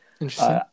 Interesting